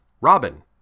Robin